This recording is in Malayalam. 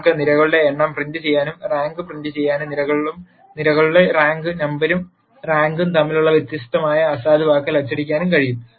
നിങ്ങൾക്ക് നിരകളുടെ എണ്ണം പ്രിന്റുചെയ്യാനും റാങ്ക് പ്രിന്റുചെയ്യാനും നിരകളും നിരകളുടെ റാങ്ക് നമ്പറും റാങ്കും തമ്മിലുള്ള വ്യത്യാസമായ അസാധുവാക്കൽ അച്ചടിക്കാനും കഴിയും